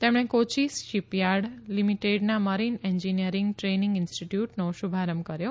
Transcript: તેમણે કોયી શિપયાર્ડ લીમીટેડના marine engineering training ઇન્સ્ટીટયુટનો શ઼ભારંભ કર્યો